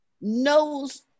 knows